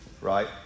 Right